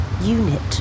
unit